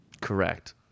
Correct